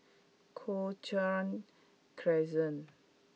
Cochrane Crescent